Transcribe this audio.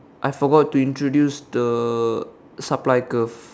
I forgot to introduce the supply tools